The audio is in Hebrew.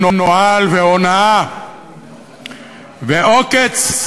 אלא אם תגיד לי שזה מתוכנן ואתם עשיתם את זה,